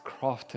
crafted